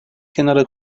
kenara